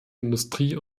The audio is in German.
industrie